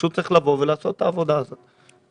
פשוט צריך לעשות את העבודה הזאת, תודה.